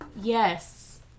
Yes